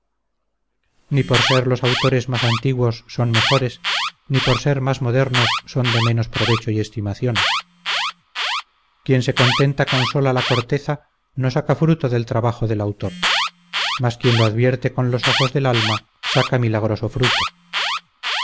ni por ser los autores más antiguos son mejores ni por ser más modernos son de menos provecho y estimación quien se contenta con sola la corteza no saca fruto del trabajo del autor mas quien lo advierte con los ojos del alma saca milagroso fruto